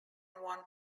one